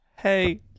Hey